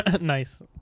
Nice